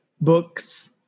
Books